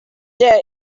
their